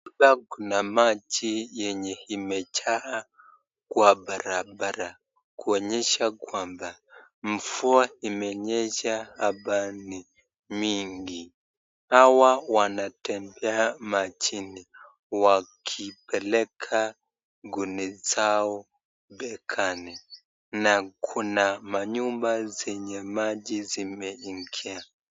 Hapa kuna maji yenye imejaa kwa barabara, kuonyesha kwamba mvua imenyesha hapa ni mingi. Hawa wanatembea majini wakipeleka gunia zao begani, na kuna manyumba zenye maji zimeingia.